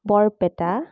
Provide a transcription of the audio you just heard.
Barpeta